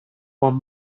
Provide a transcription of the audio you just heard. one